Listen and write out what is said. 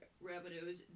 revenues